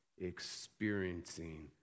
experiencing